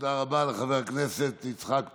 תודה רבה לחבר הכנסת יצחק פינדרוס.